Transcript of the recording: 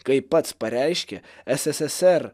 kaip pats pareiškė sssr